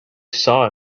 saw